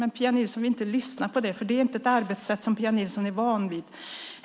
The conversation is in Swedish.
Men Pia Nilsson vill inte lyssna på det, för det är inte ett arbetssätt som Pia Nilsson är van vid.